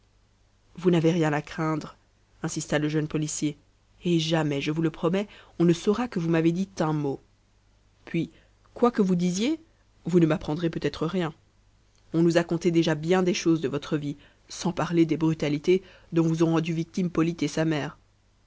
vous n'avez rien à craindre insista le jeune policier et jamais je vous le promets on ne saura que vous m'avez dit un mot puis quoi que vous disiez vous ne m'apprendrez peut-être rien on nous a conté déjà bien des choses de votre vie sans parler des brutalités dont vous ont rendue victime polyte et sa mère